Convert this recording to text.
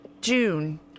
June